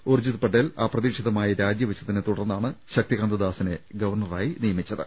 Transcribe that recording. ഉർജ്ജിത് പട്ടേൽ അപ്രതീ ക്ഷിതമായി രാജിവെച്ചതിനെ തുടർന്നാണ് ശക്തികാന്ത ദാസിനെ ഗവർണ റായി നിയമിച്ചത്